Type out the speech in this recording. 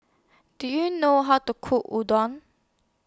Do YOU know How to Cook Udon